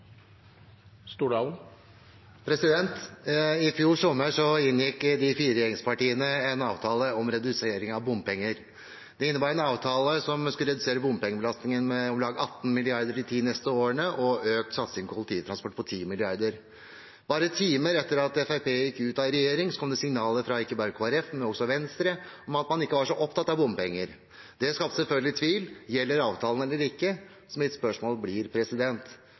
kaffi. I fjor sommer inngikk de fire regjeringspartiene en avtale om å redusere bompenger. Det innebar en avtale som skulle redusere bompengebelastningen med om lag 18 mrd. kr de neste ti årene og økt satsing på kollektivtransport på 10 mrd. kr. Bare timer etter at Fremskrittspartiet hadde gått ut av regjering, kom det signaler ikke bare fra Kristelig Folkeparti, men også fra Venstre, om at man ikke var så opptatt av bompenger. Det skaper selvfølgelig tvil – gjelder avtalen eller ikke? Mitt spørsmål blir: